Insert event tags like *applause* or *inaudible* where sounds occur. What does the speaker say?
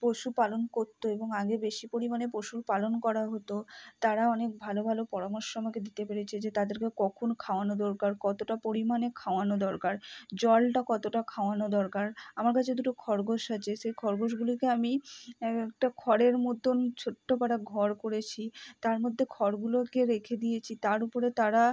পশুপালন করত এবং আগে বেশি পরিমাণে পশুর পালন করা হতো তারা অনেক ভালো ভালো পরামর্শ আমাকে দিতে পেরেছে যে তাদেরকে কখন খাওয়ানো দরকার কতটা পরিমাণে খাওয়ানো দরকার জলটা কতটা খাওয়ানো দরকার আমার কাছে দুটো খরগোশ আছে সেই খরগোশগুলিকে আমি এক একটা খড়ের মতন ছোট্ট *unintelligible* ঘর করেছি তার মধ্যে খড়গুলোকে রেখে দিয়েছি তার উপরে তারা